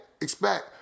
expect